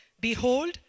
behold